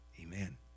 Amen